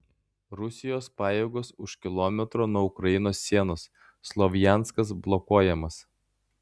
rusijos pajėgos už kilometro nuo ukrainos sienos slovjanskas blokuojamas